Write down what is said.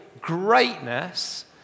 greatness